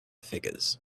figures